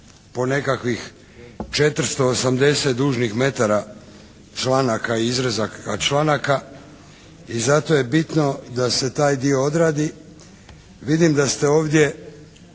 po nekakvih 480 dužnih metara članaka i izrezaka članaka. I zato je bitno da se taj dio odradi. Vidim da ste ovdje